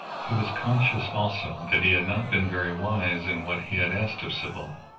he was conscious also that he had not been very wise in what he had asked of sybil,